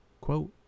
Quote